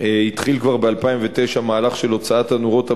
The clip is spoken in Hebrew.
התחיל כבר ב-2009 מהלך של הוצאת הנורות הבזבזניות,